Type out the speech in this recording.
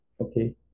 Okay